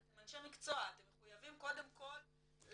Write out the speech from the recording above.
אתם אנשי מקצוע, אתם מחויבים קודם כל למטופלים